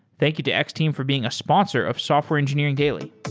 thank you to x-team for being a sponsor of software engineering daily